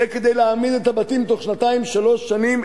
זה כדי להעמיד את הבתים בתוך שנתיים, שלוש שנים.